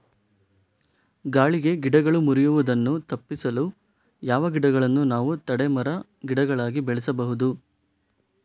ಗಾಳಿಗೆ ಗಿಡಗಳು ಮುರಿಯುದನ್ನು ತಪಿಸಲು ಯಾವ ಗಿಡಗಳನ್ನು ನಾವು ತಡೆ ಮರ, ಗಿಡಗಳಾಗಿ ಬೆಳಸಬಹುದು?